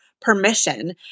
Permission